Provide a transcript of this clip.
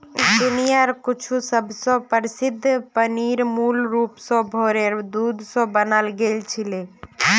दुनियार कुछु सबस प्रसिद्ध पनीर मूल रूप स भेरेर दूध स बनाल गेल छिले